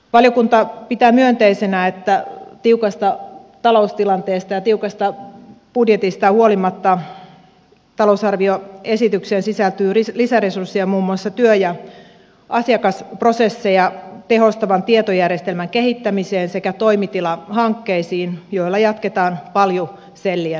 valiokunta pitää myönteisenä että tiukasta taloustilanteesta ja tiukasta budjetista huolimatta talousarvioesitykseen sisältyy lisäresursseja muun muassa työ ja asiakasprosesseja tehostavan tietojärjestelmän kehittämiseen sekä toimitilahankkeisiin joilla jatketaan paljusellien poistamista